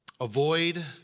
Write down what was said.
Avoid